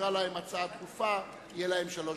הצעה רגילה.